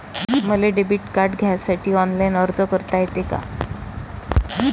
मले debit card घ्यासाठी online अर्ज करता येते का?